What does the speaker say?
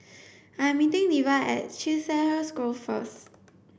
I'm meeting Diya at Chiselhurst Grove first